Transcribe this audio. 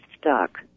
stuck